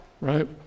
right